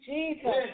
Jesus